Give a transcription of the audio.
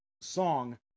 song